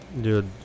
dude